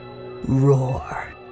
roar